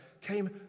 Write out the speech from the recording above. came